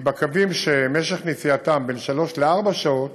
בקווים שמשך נסיעתם בין שלוש לארבע שעות